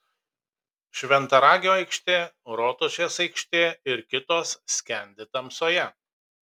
šventaragio aikštė rotušės aikštė ir kitos skendi tamsoje